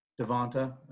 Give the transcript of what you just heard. Devonta